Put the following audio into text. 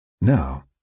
Now